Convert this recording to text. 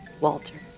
Walter